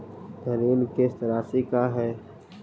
ऋण किस्त रासि का हई?